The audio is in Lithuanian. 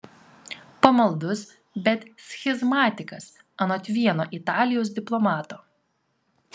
pamaldus bet schizmatikas anot vieno italijos diplomato